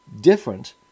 Different